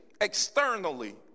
externally